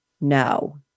no